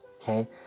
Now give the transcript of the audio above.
okay